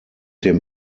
dem